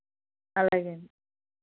అలాగే అండి